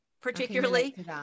particularly